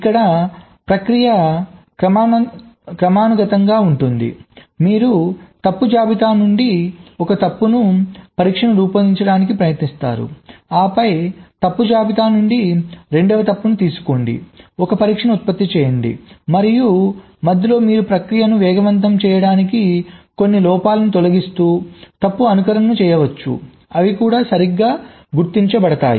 ఇక్కడ ప్రక్రియ క్రమానుగతంగా ఉంటుంది మీరు తప్పు జాబితా నుండి ఒక తప్పును పరీక్షను రూపొందించడానికి ప్రయత్నిస్తారు ఆపై తప్పు జాబితా నుండి రెండవ తప్పును తీసుకోండి ఒక పరీక్షను ఉత్పత్తి చేయండి మరియు మరియు మధ్యలో మీరు ప్రక్రియను వేగవంతం చేయడానికి కొన్ని లోపాలను తొలగిస్తు తప్పు అనుకరణను చేయవచ్చు అవి కూడా సరిగ్గా గుర్తించబడుతున్నాయి